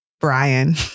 Brian